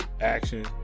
action